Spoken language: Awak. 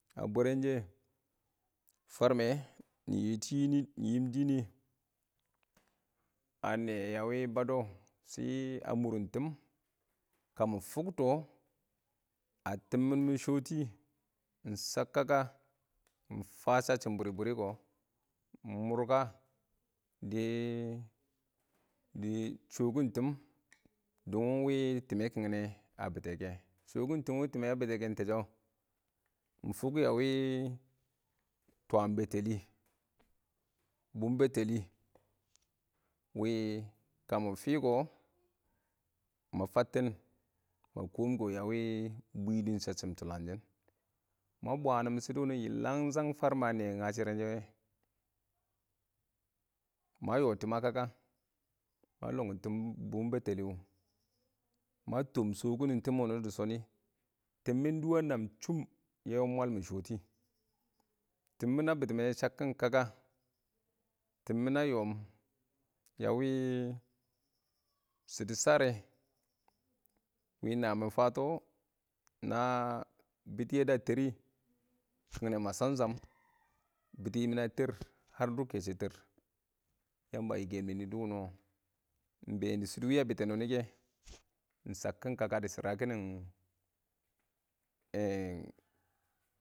A bwərənshə, farmɛ nɪ yɪ tʊ yɪɪm dɪɪn nɪ, a nɛɪyɛ a wɪ baddɔ, shɪ a mʊr nɪn tɪm, ka mɪ fʊktɔ a tɪmmɪn mɪ shoti, ɪng chak kaka ɪng fan shashɪm bwɪrɪ-bwɪr kɔ, ɪng mʊr ka dɪ-dɪ shɔkɪn tɪm dʊngʊm wɪɪn tɪmmɛ kɪngnɛ a bittɛ kɛ, shokɪn tɪm wɪɪn tɪmmɛ kɪngnɛ a bɪ tɛ kɛ. Shɔkɪn tɪm wɪ tɪmɛ a bɪtɛ ɪng tɛshɔ, mɪ fʊk a wɪ twaam bɛttɛlɪ, bʊm bɛttɛlɪ, wɪ mɪ fɪ kɔ, ma fattɪn, ma koom-koom bwɪdɒʊn shasshɪm tʊlangshɪn, ma bwanɪn shasshɪm wɪnɪ nɛ wɔ yɪlangshang wɪ farmɛ a nɛɪyɛ ngasharɛn shɛ wɛ. Ma yɔ tɪm a kaka, ma lɔngɪm tɪm, wɪ bʊm bɛtɛlɪ wʊ ma tɔm shɔkɪn tɪm wʊnɪ wɔ dɪ shɔnɪ. Tɪm mɪn dʊwɛ a naam chʊm yɛ wɪ mɪ mwal mɪ shɔtɪ. Tɪm mɪn a bɪttɪmɪnɛ shakkɪn kaka, tɪm a yɔɔm a wɪ shɪdɔ sharɛ wɪ na mɪ fatɔ na bɪttɪ yɛ dɔ a tɛɛr rɪ kɪngnɛ ma sham-sham, bɪtɪ mɪnɛ a tɛɛr har dɪ kɛshɛ tɛɛr. Yamba a yikə yɪ mɪnɪ dɪ wʊnɪ, ɪng been dɪ shɪdɔ wɪ a bɪttɛ nɔnɪ kɛ ɪng shakkɪn kaka dɪ shɪrakɪn.